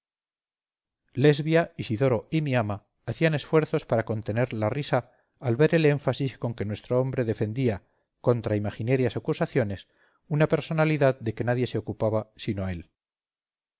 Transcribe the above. lesbia isidoro y mi ama hacían esfuerzos para contener la risa al ver el énfasis con que nuestro hombre defendía contra imaginarias acusaciones una personalidad de que nadie se ocupaba sino él